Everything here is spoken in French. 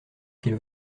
qu’il